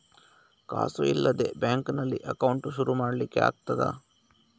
ಕಾಸು ಇಲ್ಲದ ಬ್ಯಾಂಕ್ ನಲ್ಲಿ ಅಕೌಂಟ್ ಶುರು ಮಾಡ್ಲಿಕ್ಕೆ ಆಗ್ತದಾ?